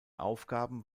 aufgaben